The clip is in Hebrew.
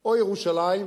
או ירושלים.